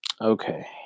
Okay